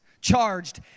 charged